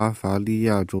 巴伐利亚州